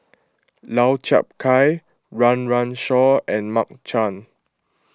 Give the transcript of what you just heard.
Lau Chiap Khai Run Run Shaw and Mark Chan